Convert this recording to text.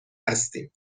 هستیم